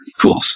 Cool